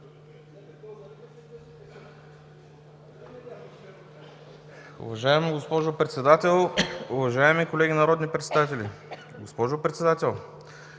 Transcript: Уважаема госпожо Председател, уважаеми колеги народни представители! Госпожо Председател,